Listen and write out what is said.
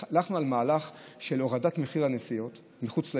כשהלכנו על מהלך של הורדת מחיר הנסיעות מחוץ לעיר,